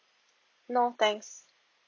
no thanks